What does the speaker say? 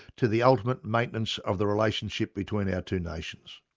to the ultimate maintenance of the relationship between our two nations.